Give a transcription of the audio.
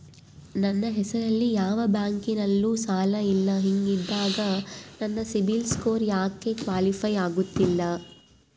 ನನ್ನ ಹೆಸರಲ್ಲಿ ಯಾವ ಬ್ಯಾಂಕಿನಲ್ಲೂ ಸಾಲ ಇಲ್ಲ ಹಿಂಗಿದ್ದಾಗ ನನ್ನ ಸಿಬಿಲ್ ಸ್ಕೋರ್ ಯಾಕೆ ಕ್ವಾಲಿಫೈ ಆಗುತ್ತಿಲ್ಲ?